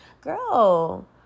Girl